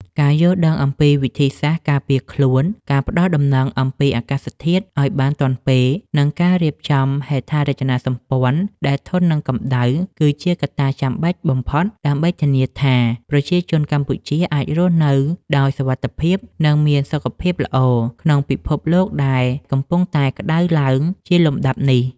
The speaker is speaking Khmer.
ការយល់ដឹងអំពីវិធីសាស្ត្រការពារខ្លួន ការផ្ដល់ដំណឹងអំពីអាកាសធាតុឱ្យបានទាន់ពេល និងការរៀបចំហេដ្ឋារចនាសម្ព័ន្ធដែលធន់នឹងកម្ដៅ គឺជាកត្តាចាំបាច់បំផុតដើម្បីធានាថា ប្រជាជនកម្ពុជាអាចរស់នៅដោយសុវត្ថិភាព និងមានសុខភាពល្អ ក្នុងពិភពលោកដែលកំពុងតែក្តៅឡើងជាលំដាប់នេះ។